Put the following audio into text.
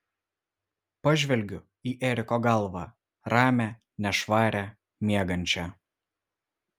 pažvelgiu į eriko galvą ramią nešvarią miegančią